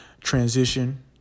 transition